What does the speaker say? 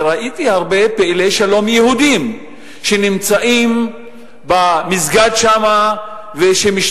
וראיתי הרבה פעילי שלום יהודים שנמצאים במסגד שם ומשתתפים